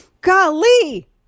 Golly